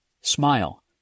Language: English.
Smile